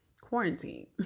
quarantine